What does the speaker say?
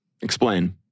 Explain